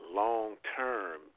long-term